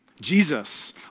Jesus